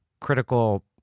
critical